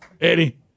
eddie